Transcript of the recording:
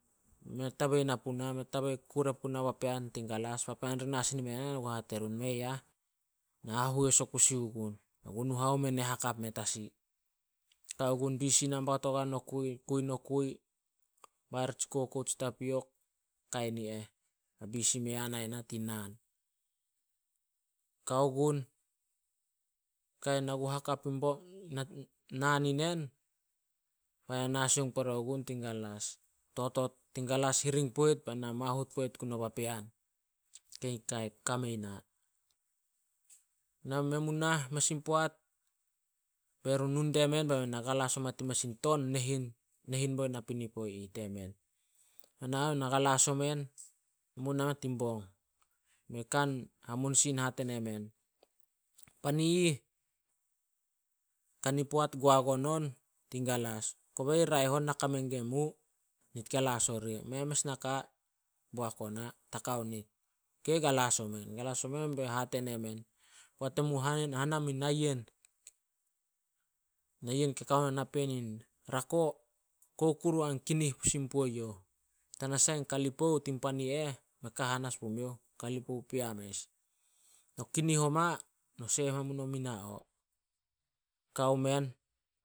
Mei tabei na puna, mei tabei kure punao papean tin galas. Papean ri nasin ime na, ai na ku hate run, "Mei ah na hahois a kusi gun. Na gu nu home neh hakap me tasi." Kao gun, bisi nambaut oguai nokui, bair tsikokou, tsi tapiok kain i eh habisi me yana nai tin naan. Kao gun, kain na ku hakap naan inen, bai na na sioung pore gun tin galas. Totot tin galas hiring poit, bena mahut poit guo papean, kame na. Men mu nah mes in poat, be run nu die men be men na galas oma tin mes in ton nehin, nehin bo napinino ih temen. Na galas omen, men mu nah tin bong. Bei kan hamunisin hate nemen, pan i ih kani poat goagon on tin galas, koba ih raeh on na kame gue mu. Nit galas oria, mei mes naka boak ona, ta kao nit. Ok, galas omen. Galas omen beyouh hate nemen, poat emu hana mui nayen ke kao na nahen tin rako, kou kuru a kinih sin pue youh, tanasah in kalipou tin pan i eh, mei kehan as pumiouh. Kalipou pea mes, no kinih oma, noseh ma mu na mina o. Kao men